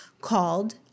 called